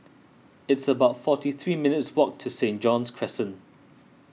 it's about forty three minutes' walk to Saint John's Crescent